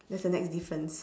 that's the next difference